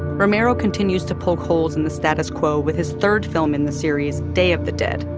romero continues to poke holes in the status quo with his third film in the series, day of the dead.